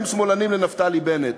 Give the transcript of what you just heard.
הם שמאלנים כלפי נפתלי בנט.